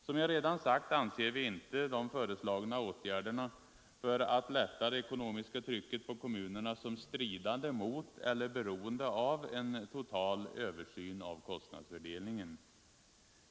Som jag redan sagt anser vi inte de föreslagna åtgärderna för att lätta det ekonomiska trycket på kommunerna som stridande mot eller beroende av en total översyn av kostnadsfördelningen.